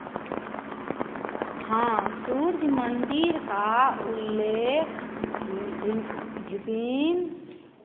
हां सुर्ज्य मंदिर का उल्लेख विभिन्न